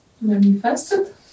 Manifested